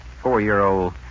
Four-year-old